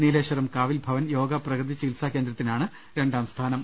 നീലേശ്വരം കാവിൽഭവൻ യോഗ പ്രകൃതി ചികിത്സാ കേന്ദ്രത്തിനാണ് രണ്ടാം സ്ഥാനം